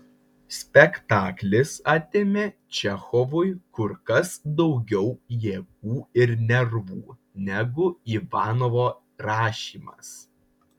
spektaklis atėmė čechovui kur kas daugiau jėgų ir nervų negu ivanovo rašymas